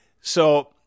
So-